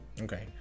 Okay